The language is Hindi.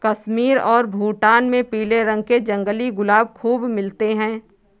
कश्मीर और भूटान में पीले रंग के जंगली गुलाब खूब मिलते हैं